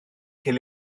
cael